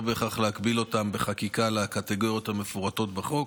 ולא בהכרח להגביל אותן בחקיקה לקטגוריות המפורטות בחוק.